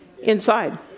inside